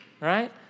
right